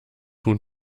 huhn